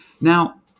Now